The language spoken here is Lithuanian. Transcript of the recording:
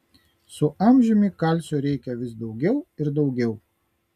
su amžiumi kalcio reikia vis daugiau ir daugiau